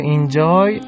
enjoy